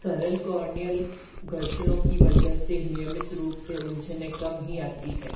सरल कॉर्नियल घर्षणों की वजह से नियमित रूप से उलझनें कम ही आती हैं